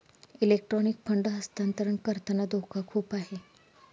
electronic fund हस्तांतरण करताना धोका खूप आहे